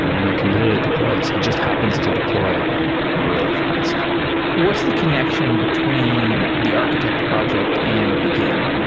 and when you commit it, it deploys. it just happens to deploy really fast what's the connection between the architect project and begin?